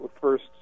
first